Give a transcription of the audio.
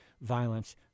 violence